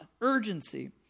urgency